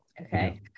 Okay